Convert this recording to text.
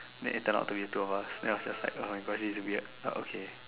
then turned out to be two of us then I was just like [oh]-my-god this is weird uh okay